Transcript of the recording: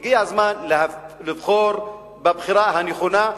הגיע הזמן לבחור בבחירה הנכונה.